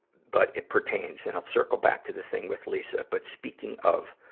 but it pertains. and i'll circle back to the thing with lisa. but speaking of